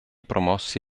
promossi